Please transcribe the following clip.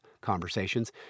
conversations